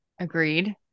agreed